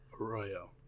Arroyo